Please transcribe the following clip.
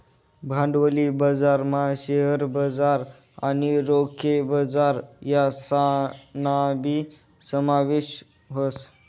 भांडवली बजारमा शेअर बजार आणि रोखे बजार यासनाबी समावेश व्हस